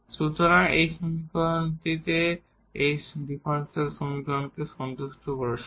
সুতরাং এই সমাধানটি এই ডিফারেনশিয়াল সমীকরণকে সন্তুষ্ট করেছিল